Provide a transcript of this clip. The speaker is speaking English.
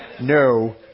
no